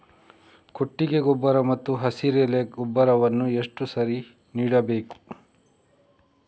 ಕೊಟ್ಟಿಗೆ ಗೊಬ್ಬರ ಮತ್ತು ಹಸಿರೆಲೆ ಗೊಬ್ಬರವನ್ನು ಎಷ್ಟು ಬಾರಿ ನೀಡಬೇಕು?